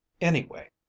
Anyway